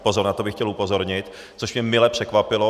Pozor, na to bych chtěl upozornit, což mě mile překvapilo.